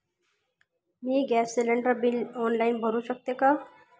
मी gas cylinder bill online भरु शकते का?